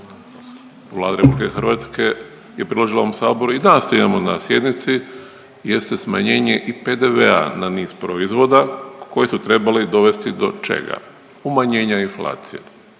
Vlada RH je predložila ovom saboru i danas to imamo na sjednici jeste smanjenje i PDV-a na niz proizvoda koji su trebali dovesti do čega, umanjenja inflacije